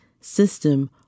System